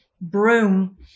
broom